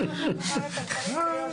שלו.